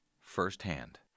firsthand